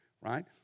right